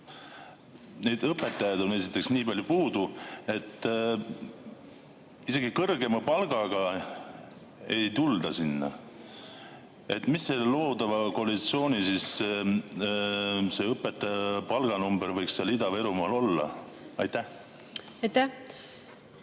neid õpetajaid on esiteks nii palju puudu, isegi kõrgema palgaga ei tulda sinna. Mis selle loodava koalitsiooni see õpetaja palganumber võiks seal Ida‑Virumaal olla? Aitäh!